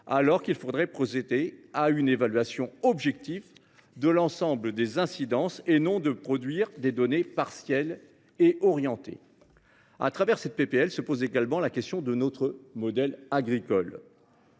quand il faudrait procéder à une évaluation objective de l’ensemble des incidences au lieu de produire des données partielles et orientées. Au travers de cette proposition de loi se pose également la question de notre modèle agricole.